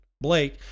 Blake